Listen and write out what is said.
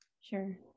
sure